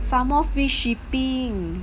some more free shipping